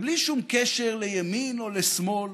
ובלי שום קשר לימין או לשמאל,